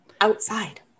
Outside